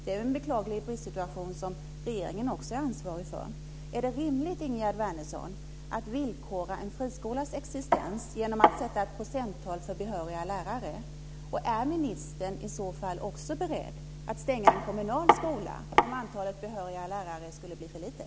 Det är en beklaglig bristsituation som regeringen också är ansvarig för. Är det rimligt, Ingegerd Wärnersson, att villkora en friskolas existens genom att sätta upp ett procenttal för behöriga lärare? Är ministern i så fall också beredd att stänga en kommunal skola om antalet behöriga lärare skulle bli för litet?